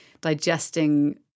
digesting